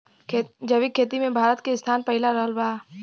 जैविक खेती मे भारत के स्थान पहिला रहल बा